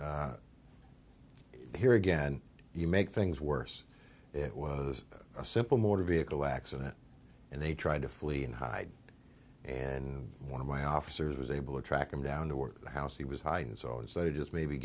here again you make things worse it was a simple motor vehicle accident and they tried to flee and hide and one of my officers was able to track him down to work the house he was high and so and so i just maybe